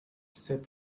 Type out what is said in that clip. said